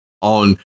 on